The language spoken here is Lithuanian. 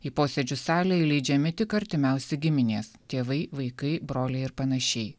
į posėdžių salę įleidžiami tik artimiausi giminės tėvai vaikai broliai ir panašiai